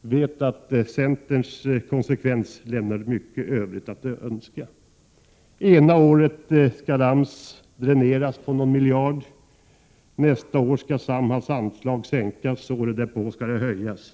vet att centerns konsekvens lämnar mycket övrigt att önska. Ena året skall AMS dräneras på någon miljard, nästa skall Samhalls anslag sänkas, och året därpå skall det höjas.